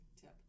tip